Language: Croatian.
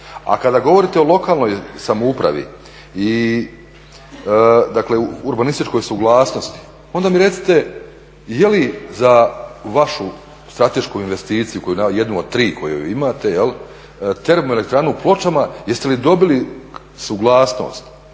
A kada govorit o lokalnoj samoupravi i dakle urbanističkoj suglasnosti onda mi recite je li za vašu stratešku investiciju jednu od tri koju imate termoelektranu u Pločama jest li dobili suglasnost